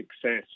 success